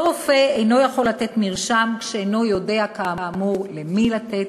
ורופא אינו יכול לתת מרשם כשאינו יודע כאמור למי לתת,